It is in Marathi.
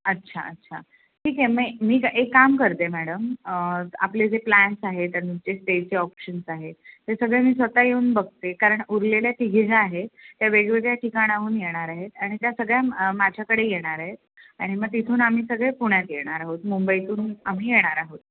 अच्छा अच्छा ठीक आहे मी मी एक काम करते मॅडम आपले जे प्लॅन्स आहेत स्टेचे ऑप्शन्स आहेत ते सगळे मी स्वतः येऊन बघते कारण उरलेल्या तिघी ज्या आहेत त्या वेगवेगळ्या ठिकाणाहून येणार आहेत आणि त्या सगळ्या माझ्याकडे येणार आहेत आणि मग तिथून आम्ही सगळे पुण्यात येणार आहोत मुंबईतून आम्ही येणार आहोत